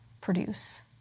produce